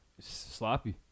sloppy